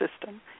system